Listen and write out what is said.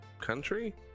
Country